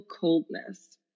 coldness